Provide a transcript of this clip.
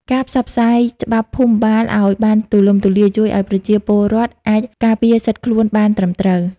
ការផ្សព្វផ្សាយច្បាប់ភូមិបាលឱ្យបានទូលំទូលាយ ជួយឱ្យប្រជាពលរដ្ឋអាចការពារសិទ្ធិខ្លួនបានត្រឹមត្រូវ។